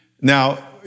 Now